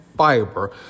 Fiber